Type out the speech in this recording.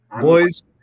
Boys